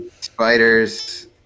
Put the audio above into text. spiders